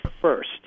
first